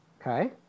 Okay